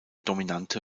dominante